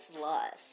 lust